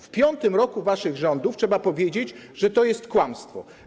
W piątym roku waszych rządów trzeba powiedzieć, że to jest kłamstwo.